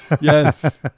Yes